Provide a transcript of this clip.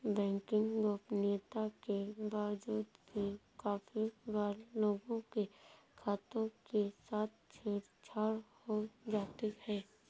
banking गोपनीयता के बावजूद भी काफी बार लोगों के खातों के साथ छेड़ छाड़ हो जाती है